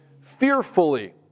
fearfully